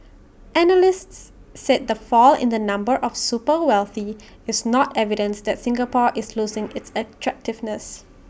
analysts said the fall in the number of super wealthy is not evidence that Singapore is losing its attractiveness